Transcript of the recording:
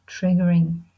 triggering